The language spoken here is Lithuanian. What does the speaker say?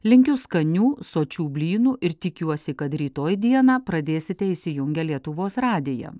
linkiu skanių sočių blynų ir tikiuosi kad rytoj dieną pradėsite įsijungę lietuvos radiją